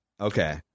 Okay